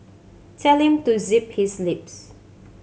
tell him to zip his lips